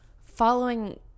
following